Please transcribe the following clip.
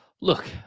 Look